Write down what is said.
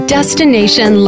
Destination